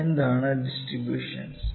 എന്താണ് ഡിസ്ട്രിബൂഷൻസ്